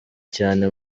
cyane